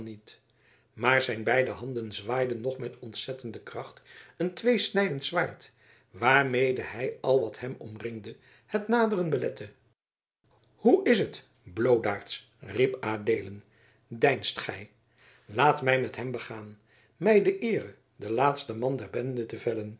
maar zijn beide handen zwaaiden nog met ontzettende kracht een tweesnijdend zwaard waarmede hij al wat hem omringde het naderen belette hoe is het bloodaards riep adeelen deinst gij laat mij met hem begaan mij de eere den laatsten man der bende te